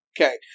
Okay